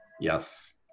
Yes